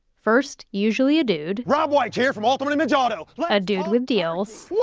first, usually a dude rob white here from auto and and auto a dude with deals yeah